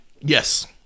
Yes